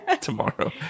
Tomorrow